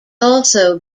also